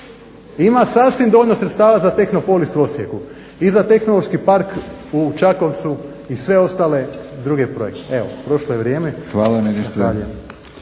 Ima sasvim dovoljno sredstava za Tehnopolis u Osijeku i za tehnološki park u Čakovcu i sve ostale druge projekte. Evo prošlo je vrijeme, zahvaljujem.